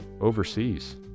overseas